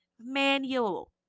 manual